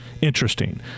interesting